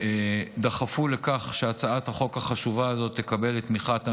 שדחפו לכך שהצעת החוק החשובה הזאת תקבל את תמיכת הממשלה.